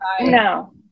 No